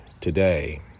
today